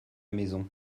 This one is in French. maison